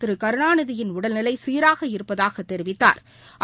திருகருணாநிதியின் உடல்நிலைசீராக இருப்பதாகத் தெரிவித்தாா்